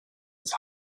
his